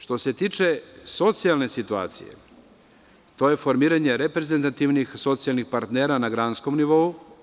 Što se tiče socijalne situacije, to je formiranje reprezentativnih socijalnih partnera na granskom nivou.